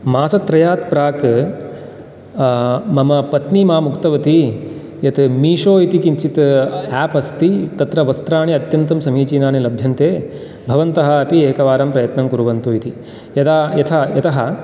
मासत्रयात् प्राक् मम पत्नी माम् उक्तवती यत् मीशो इति किञ्चित् एप् अस्ति तत्र वस्त्राणि अत्यन्तं समीचीनानि लभ्यन्ते भवन्तः अपि एकवारं प्रयत्नं कुर्वन्तु इति यदा यथा यतः